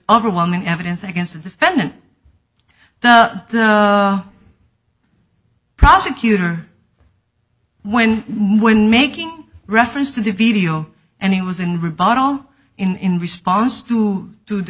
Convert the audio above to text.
overwhelming evidence against the defendant the prosecutor when when making reference to the video and it was in rebuttal in response to to the